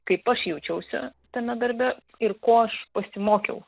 kaip aš jaučiausi tame darbe ir ko aš pasimokiau